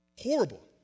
Horrible